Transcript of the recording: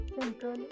Central